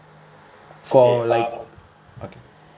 for like okay